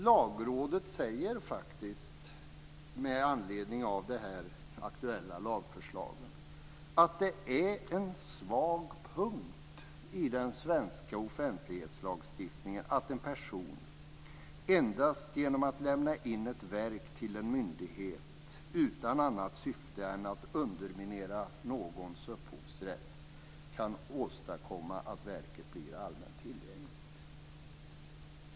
Lagrådet säger faktiskt med anledning av det aktuella lagförslaget att det är en svag punkt i den svenska offentlighetslagstiftningen att en person endast genom att lämna in ett verk till en myndighet utan annat syfte än att underminera någons upphovsrätt kan åstadkomma att verket blir allmänt tillgängligt.